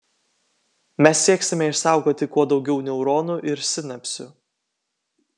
mes sieksime išsaugoti kuo daugiau neuronų ir sinapsių